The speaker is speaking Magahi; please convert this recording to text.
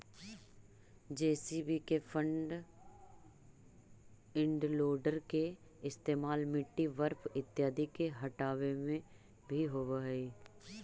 जे.सी.बी के फ्रन्ट इंड लोडर के इस्तेमाल मिट्टी, बर्फ इत्यादि के हँटावे में भी होवऽ हई